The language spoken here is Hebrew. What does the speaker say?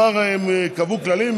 כבר הם קבעו כללים,